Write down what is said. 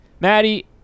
Maddie